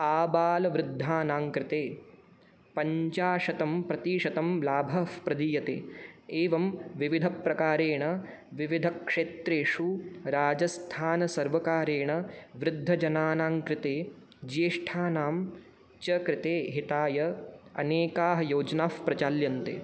आबालवृद्धानाङ्कृते पञ्चाशतं प्रतिशतं लाभः प्रदीयते एवं विविधप्रकारेण विविधक्षेत्रेषु राजस्थानसर्वकारेण वृद्धजनानाङ्कृते ज्येष्ठानां च कृते हिताय अनेकाः योजनाः प्रचाल्यन्ते